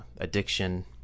addiction